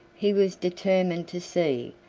he was determined to see,